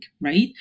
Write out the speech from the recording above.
right